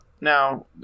Now